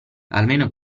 almeno